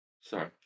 sorry